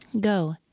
Go